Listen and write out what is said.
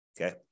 okay